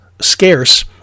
scarce